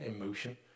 emotion